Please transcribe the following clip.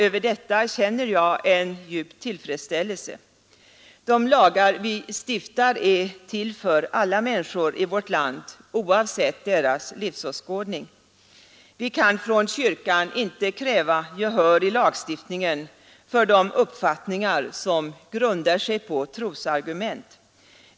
Över detta känner jag en djup tillfredsställelse. De lagar vi stiftar är till för alla människor i vårt land oavsett deras livsåskådning. Vi kan från kyrkan inte kräva gehör i lagstiftningen för de uppfattningar som grundar sig på trosargument.